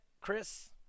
Chris